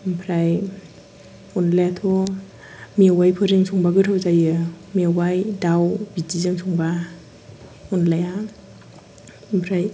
ओमफ्राय अनलायाथ' मेवाइफोरजों संब्ला गोथाव जायो मेवाइ दाउजों संब्ला अनलाया ओमफ्राय